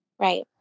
Right